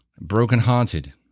brokenhearted